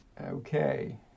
Okay